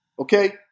Okay